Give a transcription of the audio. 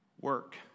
work